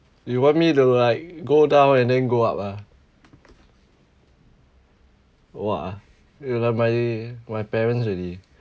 you want me to like go down and then go up ah !wah! you like my my parents already